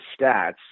stats